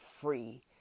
free